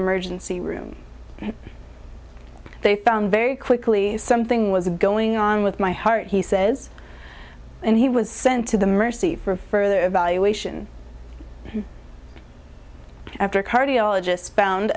emergency room they found very quickly something was going on with my heart he says and he was sent to the mercy for further evaluation after a cardiologist found